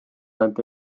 nad